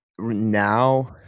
now